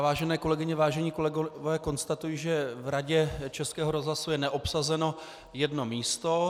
Vážené kolegyně, vážení kolegové, konstatuji, že v Radě českého rozhlasu je neobsazeno jedno místo.